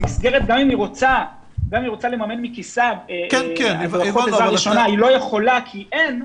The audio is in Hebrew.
מסגרת גם אם היא רוצה לממן הדרכות מכיסה היא לא יכולה כי אין,